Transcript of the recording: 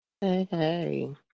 hey